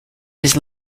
his